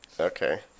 Okay